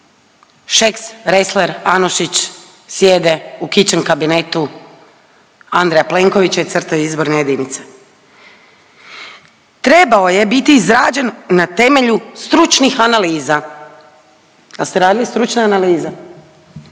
Šeks, Ressler, Anušić, sjede u kičem kabinetu Andreja Plenkovića i crtaju izborne jedinice. Trebao je biti izrađen na temelju stručnih analiza, a ste radili stručne analize,